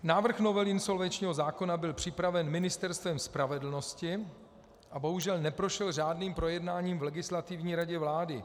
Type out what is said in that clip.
Návrh novely insolvenčního zákona byl připraven Ministerstvem spravedlnosti a bohužel neprošel řádným projednáním v Legislativní radě vlády.